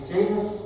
Jesus